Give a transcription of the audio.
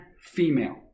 female